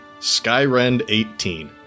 SkyRend18